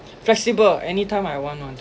flexible anytime I want [one]